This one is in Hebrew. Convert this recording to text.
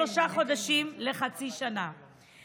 זה יצטרך לחזור בחזרה למגרש של הכנסת ונצטרך לפעול,